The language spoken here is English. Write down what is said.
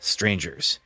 Strangers